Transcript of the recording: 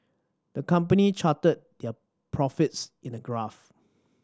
the company charted their profits in a graph